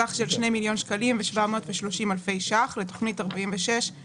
בסך של 2.730 מיליון שקלים לתוכנית 460103,